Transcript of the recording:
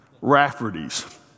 Rafferty's